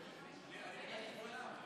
אני הייתי לפניו.